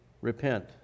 repent